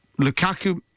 Lukaku